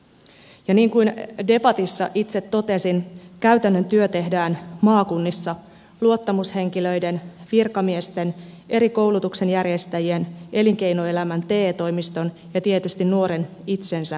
ja niin kuin debatissa itse totesin käytännön työ tehdään maakunnissa luottamushenkilöiden virkamiesten koulutuksen järjestäjien elinkeinoelämän te toimiston ja tietysti nuoren itsensä kesken